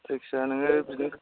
जायखिजाया नोङो बिदिनो